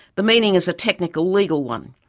the meaning is a technical, legal one.